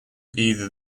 either